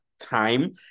time